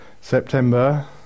September